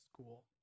school